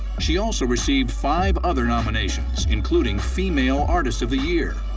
she also received five other nominations including female artist of the year.